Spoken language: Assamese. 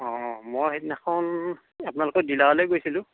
অ মই সেইদিনাখন আপোনালোকৰ ডিলাৰলৈ গৈছিলোঁ